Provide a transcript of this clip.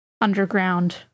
underground